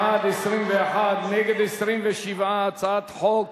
בעד, 21, נגד, 27. הצעת החוק